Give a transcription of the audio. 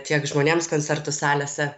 tiek žmonėms koncertų salėse